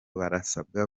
barasabwa